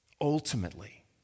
ultimately